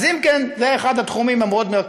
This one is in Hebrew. אז אם כן, זה אחד התחומים המאוד-מרכזיים